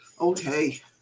Okay